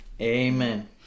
amen